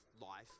life